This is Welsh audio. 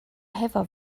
efo